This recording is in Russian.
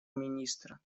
министра